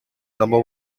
number